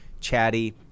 chatty